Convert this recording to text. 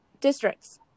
Districts